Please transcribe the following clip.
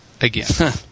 again